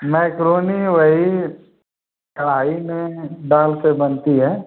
macaroni वही कढ़ाई में डाल के बनती है